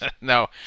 No